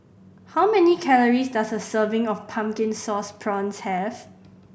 how many calories does a serving of Pumpkin Sauce Prawns have